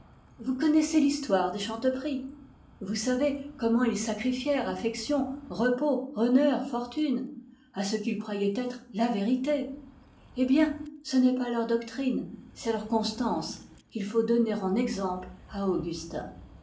vous connaissez l'histoire des chanteprie vous savez comment ils sacrifièrent affections repos fortune à ce qu'ils croyaient être la vérité eh bien ce n'est pas leur doctrine c'est leur constance qu'il faut donner en exemple à